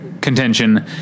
contention